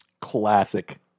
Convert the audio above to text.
Classic